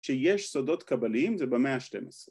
‫שיש סודות קבליים זה במאה ה-12.